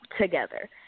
together